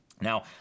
Now